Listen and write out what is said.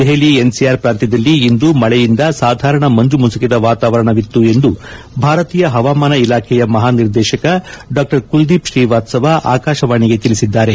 Delhi NCR ಪ್ರಾಂತ್ಯದಲ್ಲಿ ಇಂದು ಮಳೆಯಿಂದ ಸಾಧಾರಣ ಹೊಗೆಮಂಜ ಮುಸುಕಿದ ವಾತಾವರಣ ಇತ್ತು ಎಂದು ಭಾರತೀಯ ಪವಾಮಾನ ಇಲಾಖೆಯ ಮಹಾನಿರ್ದೇಶಕ ಡಾ ಕುಲದೀಪ್ ಶ್ರೀವಾತ್ಸವ ಆಕಾಶವಾಣಿಗೆ ತಿಳಿಸಿದ್ದಾರೆ